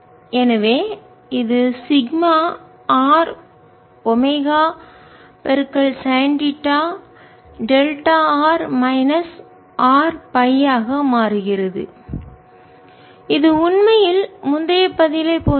எனவே இது sigma r omega sine theta delta r minus r phi ஆக மாறுகிறது இது உண்மையில் முந்தைய பதிலைப் போன்றது